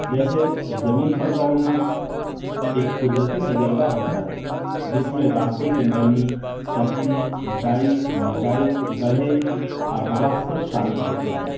جیسے زمین پر دوڑنا ایک قدرتی تجربہ ہوتا ہے جس میں راستے کی نرمی سختی اونچائی نچائی گڑھے اور ہوا سب شامل ہوتے ہیں